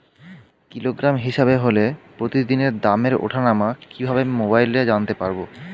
Kilogram হিসাবে হলে প্রতিদিনের দামের ওঠানামা কিভাবে মোবাইলে জানতে পারবো?